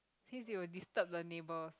since you will disturb the neighbours